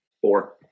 four